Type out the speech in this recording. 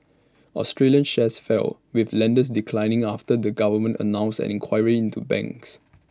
Australian shares fell with lenders declining after the government announced an inquiry into banks